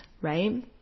Right